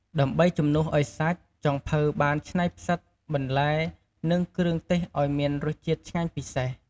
ដើម្បីជំនួសឱ្យសាច់ ចុងភៅបានច្នៃផ្សិត បន្លែ និងគ្រឿងទេសឱ្យមានរសជាតិឆ្ងាញ់ពិសេស។